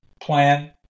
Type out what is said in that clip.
plan